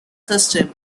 system